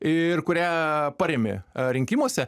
ir kurią parėmė rinkimuose